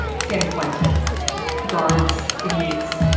san quentin guards, inmates,